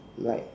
like